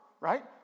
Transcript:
right